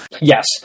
Yes